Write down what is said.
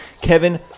Kevin